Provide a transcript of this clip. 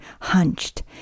hunched